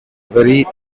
very